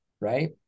right